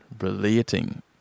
relating